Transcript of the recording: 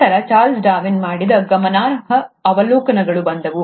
ನಂತರ Charles Darwin ಮಾಡಿದ ಗಮನಾರ್ಹ ಅವಲೋಕನಗಳು ಬಂದವು